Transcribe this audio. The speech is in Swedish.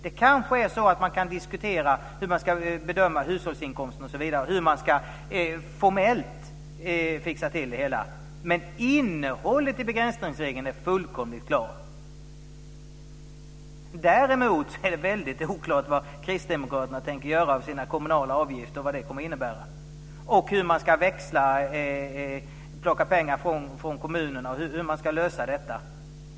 Det kanske är så att man kan diskutera hur man ska bedöma hushållsinkomst, hur man formellt ska fixa till det hela. Men innehållet i begränsningsregeln är fullkomligt klart. Däremot är det oklart vad kristdemokraterna tänker göra av sina kommunala avgifter, vad det kommer att innebära, hur man ska plocka pengar från kommunerna och hur man ska lösa detta.